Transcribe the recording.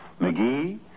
McGee